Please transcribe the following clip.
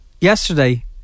yesterday